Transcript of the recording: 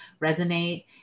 resonate